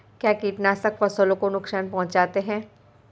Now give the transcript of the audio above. क्या कीटनाशक फसलों को नुकसान पहुँचाते हैं?